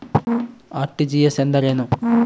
RTGS ಎಂದರೇನು?